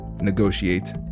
negotiate